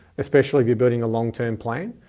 especially if you're building a longterm plan.